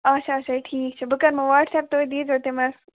اَچھا اَچھا ٹھیٖک چھُ بہٕ کَرمو واٹٕس ایٚپ تُہۍ دیٖزیٚو تٔمِس